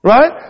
Right